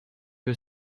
que